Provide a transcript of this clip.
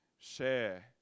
share